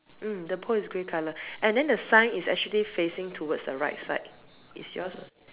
mm the pool is grey colour and then the sign is actually facing towards the right side is yours